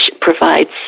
provides